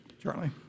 Charlie